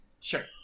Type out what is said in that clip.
Sure